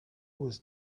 was